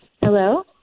Hello